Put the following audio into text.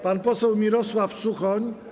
Pan poseł Mirosław Suchoń.